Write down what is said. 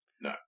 No